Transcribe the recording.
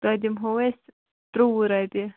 تۄہہِ دِمہو أسۍ ترٛووُہ رۄپیہِ